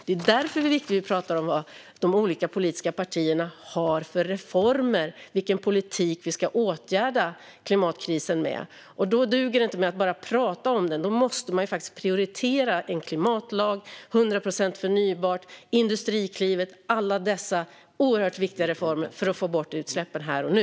Det är därför som det är viktigt att vi pratar om vad de olika politiska partierna har för reformer och med vilken politik vi ska åtgärda klimatkrisen. Då duger det inte att bara prata om den, utan då måste man faktiskt prioritera en klimatlag, 100 procent förnybart och Industriklivet - alla dessa oerhört viktiga reformer för att få bort utsläppen här och nu.